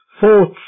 thoughts